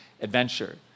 adventure